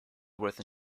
worth